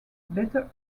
better